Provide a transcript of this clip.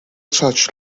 such